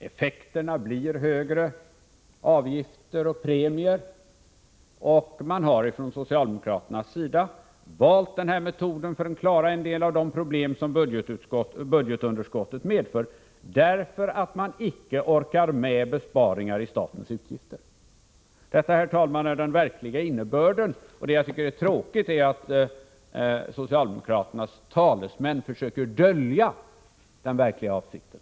Effekterna blir högre avgifter och premier. Socialdemokraterna har valt denna metod för att klara en del av de problem som budgetunderskottet medfört och därför att man icke orkar med besparingar i statens utgifter. Detta, herr talman, är den verkliga innebörden. Det tråkiga är att socialdemokraternas talesmän försöker dölja den verkliga avsikten.